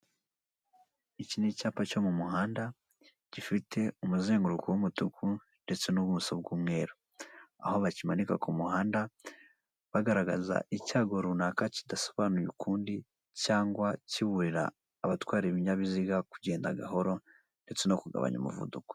Iki ni icyapa cyo mu muhanda, gifite umuzenguruko w'umutuku ndetse n'ubuso bw'umweru, aho bakimanika ku muhanda, bagaragaza icyago runaka kidasobanuye ukundi cyangwa kiburira abatwara ibinyabiziga kugenda gahoro ndetse no kugabanya umuvuduko.